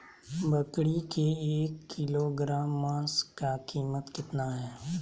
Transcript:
बकरी के एक किलोग्राम मांस का कीमत कितना है?